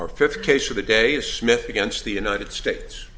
our fifth case of the day is smith against the united states